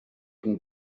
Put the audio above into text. can